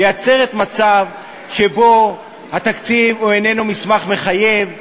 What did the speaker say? מייצרים מצב שבו התקציב הוא איננו מסמך מחייב,